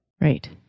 Right